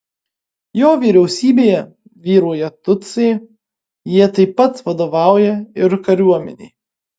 jo vyriausybėje vyrauja tutsiai jie taip pat vadovauja ir kariuomenei